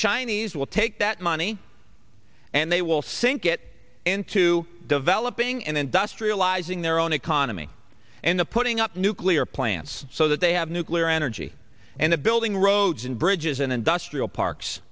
chinese will take that money and they will sink it into developing and industrializing their own economy and of putting up nuclear plants so that they have nuclear energy and the building roads and bridges and industrial parks